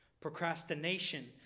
Procrastination